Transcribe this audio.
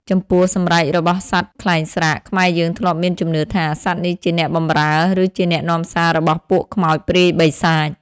ចំពោះ សម្រែករបស់សត្វខ្លែងស្រាក ខ្មែរយើងធ្លាប់មានជំនឿថា សត្វនេះជាអ្នកបម្រើ ឬជាអ្នកនាំសាររបស់ពួកខ្មោច ព្រាយ បិសាច ។